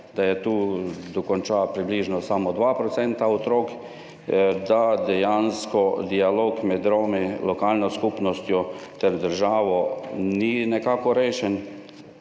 da jo dokonča približno samo 2 % otrok, da dejansko dialog med Romi, lokalno skupnostjo ter državo nekako ni rešen,